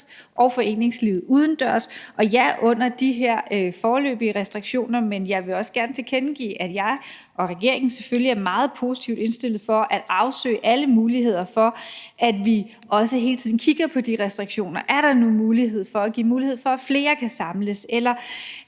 og foreningslivet udendørs. Og ja, det er under de her foreløbige restriktioner, men jeg vil også gerne tilkendegive, at jeg og regeringen selvfølgelig er meget positivt indstillet over for at afsøge alle muligheder, og at vi også hele tiden kigger på de restriktioner og ser på, om der er mulighed for at give mulighed for, at flere kan samles,